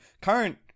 current